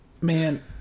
Man